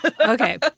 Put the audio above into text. Okay